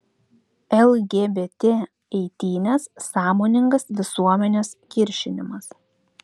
lgbt eitynės sąmoningas visuomenės kiršinimas